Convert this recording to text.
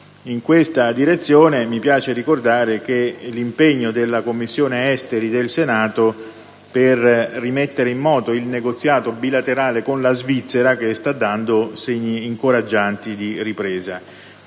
In questa direzione, mi piace ricordare l'impegno della Commissione esteri del Senato per rimettere in moto il negoziato bilaterale con la Svizzera, che sta dando segni incoraggianti di ripresa.